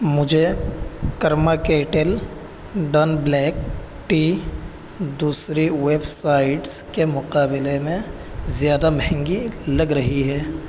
مجھے Karma Kettle Dawn black tea دوسری websites کے مقابلے میں زیادہ مہنگی لگ رہی ہے